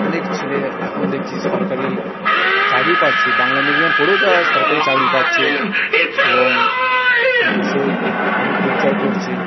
অনেক ছেলে এখন দেখছি সরকারি চাকরি পাচ্ছে বাংলা মিডিয়াম পড়েও তারা সরকারি চাকরি পাচ্ছে এবং দেশের মুখ উজ্জ্বল করছে